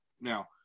Now